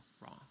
wrong